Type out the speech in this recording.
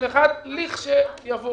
ל-2021 לכשיעבור.